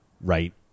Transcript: right